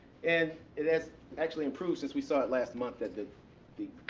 and it has actually improved since we saw it last month at the the